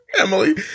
Emily